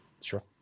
Sure